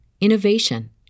innovation